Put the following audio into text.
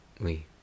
Oui